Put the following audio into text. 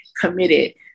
committed